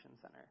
Center